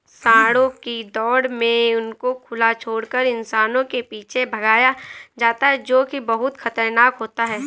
सांडों की दौड़ में उनको खुला छोड़कर इंसानों के पीछे भगाया जाता है जो की बहुत खतरनाक होता है